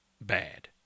bad